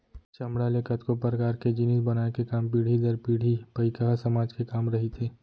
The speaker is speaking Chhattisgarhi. चमड़ा ले कतको परकार के जिनिस बनाए के काम पीढ़ी दर पीढ़ी पईकहा समाज के काम रहिथे